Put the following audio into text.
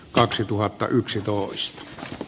kaksituhattayksitoista